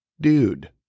dude